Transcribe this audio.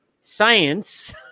science